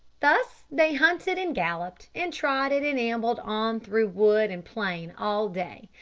thus they hunted and galloped, and trotted and ambled on through wood and plain all day,